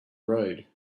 road